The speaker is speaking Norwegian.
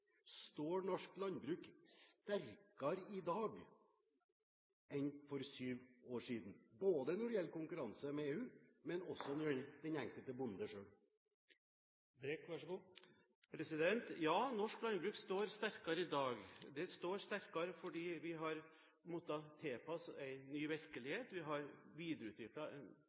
Står norsk landbruk sterkere i dag enn for syv år siden – både når det gjelder konkurranse med EU, og også når det gjelder den enkelte bonde selv? Ja, norsk landbruk står sterkere i dag. Det står sterkere fordi vi har måttet tilpasse oss en ny virkelighet, vi har